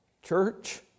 Church